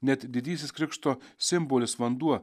net didysis krikšto simbolis vanduo